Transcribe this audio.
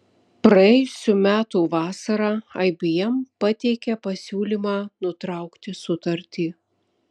praėjusių metų vasarą ibm pateikė pasiūlymą nutraukti sutartį